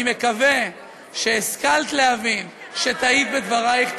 אני מקווה שהשכלת להבין שטעית בדברייך.